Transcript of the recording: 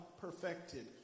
perfected